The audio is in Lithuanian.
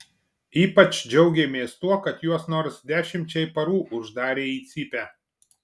ypač džiaugėmės tuo kad juos nors dešimčiai parų uždarė į cypę